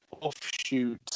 offshoot